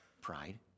Pride